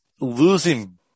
losing